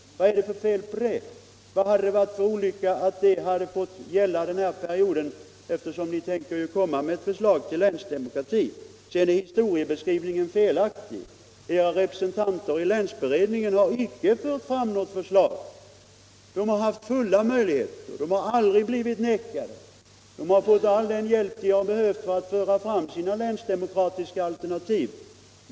Vad hade det varit för fel med att det beslutet fått gälla den här perioden, eftersom ni tänker komma med ett förslag till länsdemokrati? Historieskrivningen är f. ö. felaktig. Era representanter i länsberedningen har inte fört fram något förslag. De har haft möjligheter att göra det — de har fått all den hjälp de behövt ha för att föra fram sina länsdemokratialternativ.